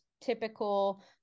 typical